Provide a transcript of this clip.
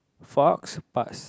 faux pass